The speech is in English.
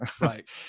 Right